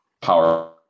power